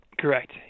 correct